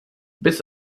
bis